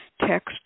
text